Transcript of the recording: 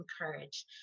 encourage